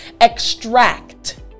extract